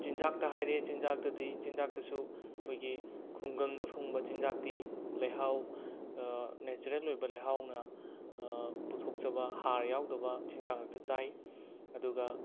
ꯆꯤꯟꯖꯥꯛꯇ ꯍꯥꯏꯔꯦ ꯆꯤꯟꯖꯥꯛꯇꯗꯤ ꯆꯤꯟꯖꯥꯛꯇꯁꯨ ꯑꯩꯈꯣꯏꯒꯤ ꯈꯨꯡꯒꯪꯗ ꯐꯪꯕ ꯆꯤꯟꯖꯥꯛꯇꯤ ꯂꯩꯍꯥꯎ ꯅꯦꯆꯔꯦꯜ ꯑꯣꯏꯕ ꯂꯩꯍꯥꯎꯅ ꯄꯨꯊꯣꯛꯆꯕ ꯍꯥꯔ ꯌꯥꯎꯗꯕ ꯆꯤꯟꯖꯥꯛ ꯉꯥꯛꯇ ꯆꯥꯏ ꯑꯗꯨꯒ